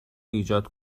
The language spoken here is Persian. ایجاد